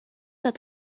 that